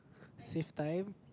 save time